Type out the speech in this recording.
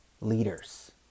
leaders